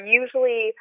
usually